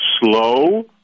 slow